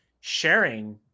sharing